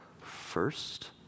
first